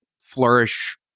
flourish